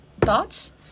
thoughts